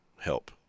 help